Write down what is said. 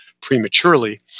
prematurely